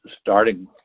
starting